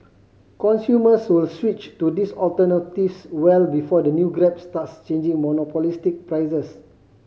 consumers will switch to these alternatives well before the new Grab starts changing monopolistic prices